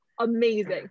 amazing